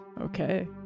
Okay